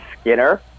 Skinner